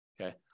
Okay